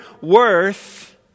worth